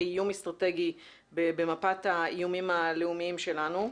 כאיום אסטרטגי במפת האיומים הלאומיים שלנו.